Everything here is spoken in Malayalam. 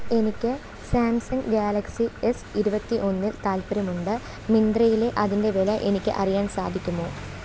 എനിക്ക് സാംസങ് ഗാലക്സി എസ് ഇരുപത്തി ഒന്നിൽ താൽപ്പര്യമുണ്ട് മിന്ത്രയിലെ അതിൻ്റെ വില എനിക്ക് അറിയാൻ സാധിക്കുമോ